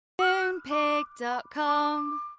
Moonpig.com